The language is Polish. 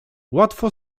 łatwo